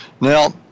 Now